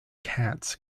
cats